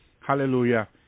hallelujah